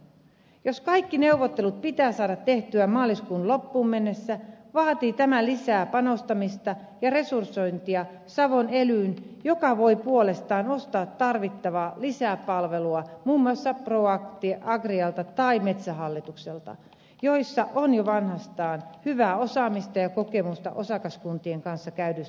jos kaikki neuvottelut pitää saada tehtyä maaliskuun loppuun mennessä vaatii tämä lisää panostamista ja resursointia savon elyyn joka voi puolestaan ostaa tarvittavaa lisäpalvelua muun muassa proagrialta tai metsähallitukselta joissa on jo vanhastaan hyvää osaamista ja kokemusta osakaskuntien kanssa käydyistä neuvotteluista